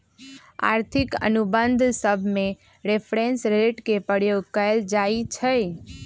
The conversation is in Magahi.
आर्थिक अनुबंध सभमें रेफरेंस रेट के प्रयोग कएल जाइ छइ